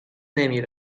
نمی